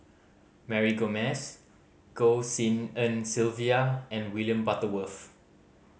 Mary Gomes Goh Tshin En Sylvia and William Butterworth